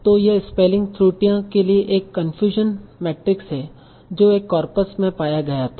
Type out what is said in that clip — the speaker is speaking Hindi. तो यह स्पेलिंग त्रुटियों के लिए एक कनफ्यूज़न मैट्रिक्स है जो एक कॉर्पस में पाया गया था